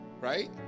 Right